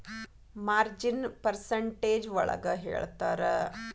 ಮಾರ್ಜಿನ್ನ percentage ಒಳಗ ಹೇಳ್ತರ